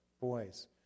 boys